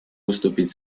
выступить